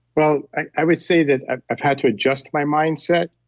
well, i would say that ah i've had to adjust my mindset.